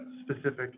specific